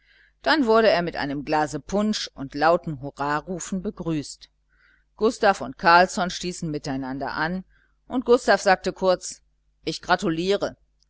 dann wurde er mit einem glase punsch und lauten hurrarufen begrüßt gustav und carlsson stießen miteinander an und gustav sagte kurz ich gratuliere